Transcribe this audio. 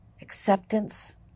acceptance